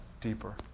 deeper